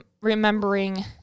remembering